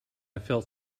felt